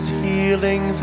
healing